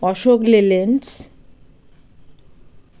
অশোক লে লেন্ডস